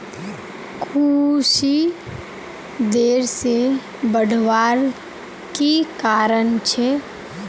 कुशी देर से बढ़वार की कारण छे?